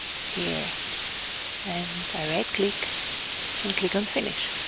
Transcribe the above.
here and i right-click and click on finish.